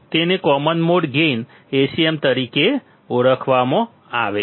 તેને common mode gain Acm તરીકે ઓળખવામાં આવે છે